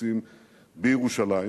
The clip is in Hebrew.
מתבצעים בירושלים,